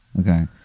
Okay